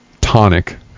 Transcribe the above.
tonic